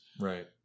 Right